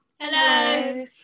Hello